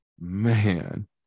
man